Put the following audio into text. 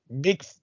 big